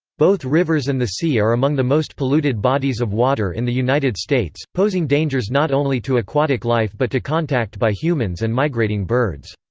both rivers and the sea are among the most polluted bodies of water in the united states, posing dangers not only to aquatic life but to contact by humans and migrating birds.